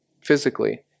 physically